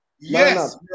Yes